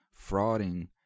frauding